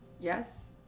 Yes